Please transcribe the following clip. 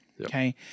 okay